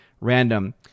random